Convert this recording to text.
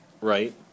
right